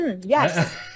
yes